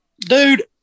Dude